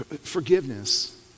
Forgiveness